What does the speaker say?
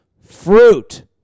fruit